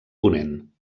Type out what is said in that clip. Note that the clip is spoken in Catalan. ponent